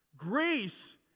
Grace